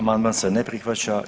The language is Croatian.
Amandman se ne prihvaća.